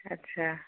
अच्छा